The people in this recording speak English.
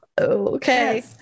Okay